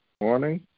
Morning